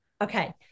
Okay